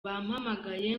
bampamagaye